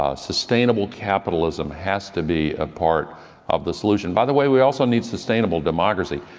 ah sustainable capitalism has to be a part of the solution. by the way, we also need sustainable democracy.